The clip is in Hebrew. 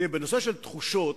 בנושא של תחושות,